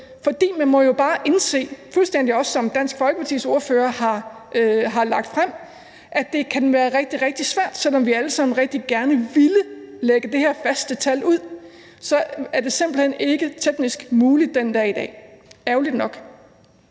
For man må jo bare indse, fuldstændig som også Dansk Folkepartis ordfører har lagt frem, at selv om vi alle sammen rigtig gerne ville lægge det her faste tal frem, så er det simpelt hen ikke teknisk muligt den dag i dag – ærgerligt nok.